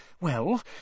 Well